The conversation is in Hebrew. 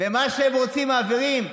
מה שהם רוצים, מעבירים.